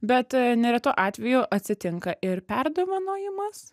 bet neretu atveju atsitinka ir perdovanojimas